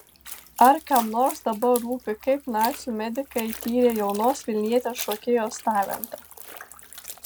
ar kam nors dabar rūpi kaip nacių medikai tyrė jaunos vilnietės šokėjos talentą